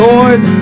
Lord